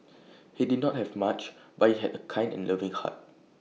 he did not have much but he had A kind and loving heart